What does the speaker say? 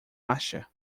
acha